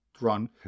run